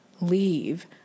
leave